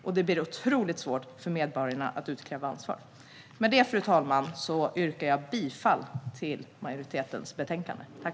Och det blir otroligt svårt för medborgarna att utkräva ansvar. Med detta, fru talman, yrkar jag bifall till majoritetens förslag.